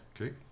Okay